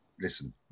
listen